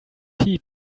heat